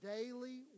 daily